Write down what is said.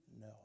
No